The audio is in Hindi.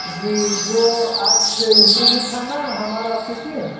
जी जो आज इंटरव्यू था ना हमारा ऑफिस में